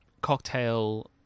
cocktail